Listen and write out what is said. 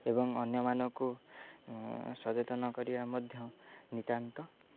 ଏବଂ ଅନ୍ୟମାନଙ୍କୁ ସଚେତନ କରିବା ମଧ୍ୟ ନିତ୍ୟାନ୍ତ